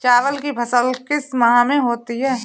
चावल की फसल किस माह में होती है?